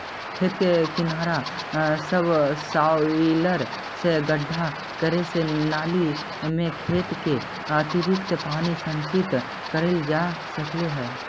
खेत के किनारा सबसॉइलर से गड्ढा करे से नालि में खेत के अतिरिक्त पानी संचित कइल जा सकऽ हई